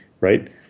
right